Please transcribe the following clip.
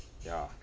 ya